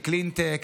של clean tech,